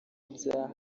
bya